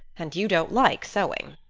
and you don't like sewing.